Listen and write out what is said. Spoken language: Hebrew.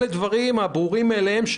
אלה הדברים הברורים מאליהם,